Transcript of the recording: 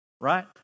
Right